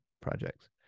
projects